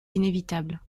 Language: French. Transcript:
inévitables